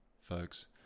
folks